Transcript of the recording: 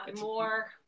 more